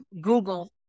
Google